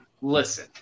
listen